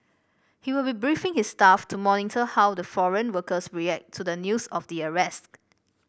he will be briefing his staff to monitor how the foreign workers react to the news of the arrest